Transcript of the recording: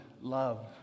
love